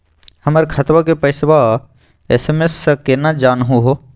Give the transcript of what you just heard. हमर खतवा के पैसवा एस.एम.एस स केना जानहु हो?